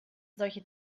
solche